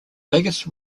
biggest